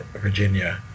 Virginia